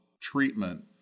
treatment